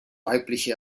weibliche